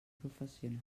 professional